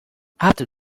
after